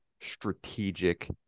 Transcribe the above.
strategic